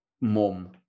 mom